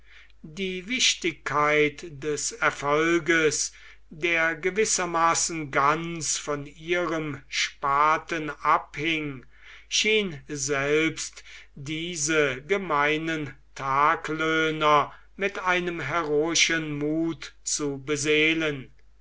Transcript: die wichtigkeit des erfolges der gewissermaßen ganz von ihrem spaten abhing schien selbst diese gemeinen taglöhner mit einem heroischen muth zu beseelen